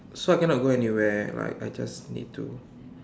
so I cannot go anywhere like I just need to